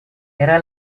era